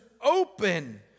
open